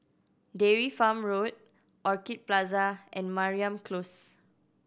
Dairy Farm Road Orchid Plaza and Mariam Close